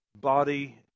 body